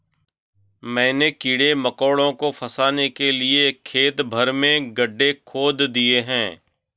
मैंने कीड़े मकोड़ों को फसाने के लिए खेत भर में गड्ढे खोद दिए हैं